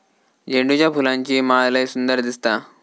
झेंडूच्या फुलांची माळ लय सुंदर दिसता